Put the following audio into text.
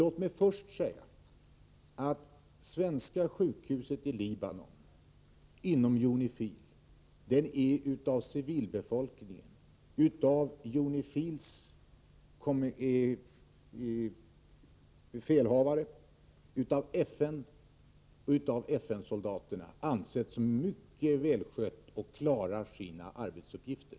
Låt mig först säga att det svenska sjukhuset i Libanon inom UNIFIL av civilbefolkningen, av UNIFIL:s befälhavare, av FN och av FN-soldaterna anses vara mycket välskött och klarar sina arbetsuppgifter.